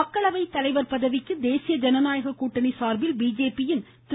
மக்களவைத் தலைவர் பதவிக்கு தேசிய ஜனநாயக கூட்டணி சார்பில் பிஜேபியின் திரு